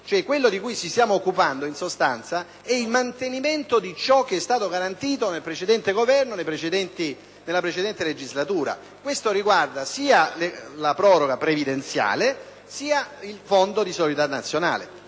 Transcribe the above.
quello di cui ci stiamo occupando, in sostanza, è il mantenimento di ciò che è stato garantito dal precedente Governo nella precedente legislatura. Questo riguarda sia la proroga previdenziale sia il Fondo di solidarietà nazionale.